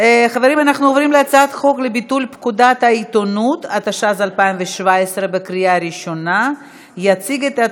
כנסת תומכים, אין מתנגדים, אין נמנעים.